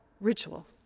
ritual